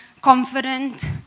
confident